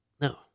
No